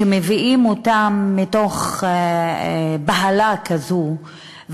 שמביאים אותם מתוך בהלה כזאת,